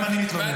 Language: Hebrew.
גם אני מתלונן.